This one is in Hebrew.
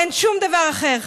אין שום דבר אחר חשוב.